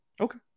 Okay